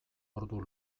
ordu